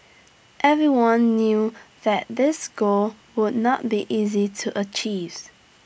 everyone knew that this goal would not be easy to achieve